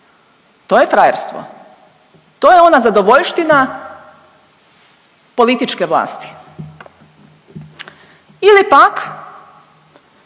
to je frajerstvo, to je ona zadovoljština političke vlasti. Ili pak,